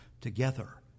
together